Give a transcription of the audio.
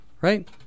right